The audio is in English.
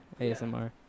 ASMR